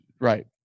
right